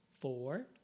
four